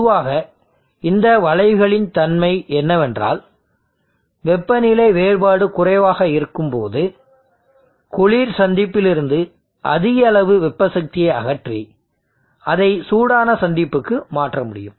பொதுவாக இந்த வளைவுகளின் தன்மை என்னவென்றால் வெப்பநிலை வேறுபாடு குறைவாக இருக்கும்போது குளிர் சந்திப்பிலிருந்து அதிக அளவு வெப்ப சக்தியை அகற்றி அதை சூடான சந்திப்புக்கு மாற்ற முடியும்